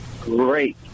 great